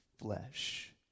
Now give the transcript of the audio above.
flesh